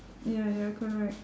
ya ya correct